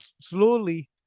slowly